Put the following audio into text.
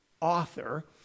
author